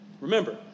Remember